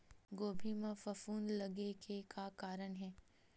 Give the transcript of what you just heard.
गोभी म फफूंद लगे के का कारण हे?